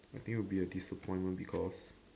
I think it will be a disappointment because